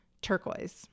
turquoise